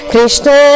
Krishna